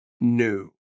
new